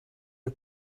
een